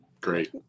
great